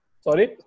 Sorry